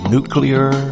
Nuclear